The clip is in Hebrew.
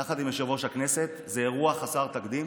יחד עם יושב-ראש הכנסת, היה אירוע חסר תקדים